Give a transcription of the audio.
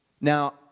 Now